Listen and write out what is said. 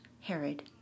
Herod